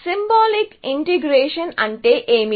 symbolic integration అంటే ఏమిటి